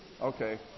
Okay